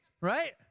Right